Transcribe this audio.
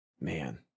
Man